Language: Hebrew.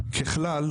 ככלל,